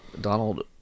Donald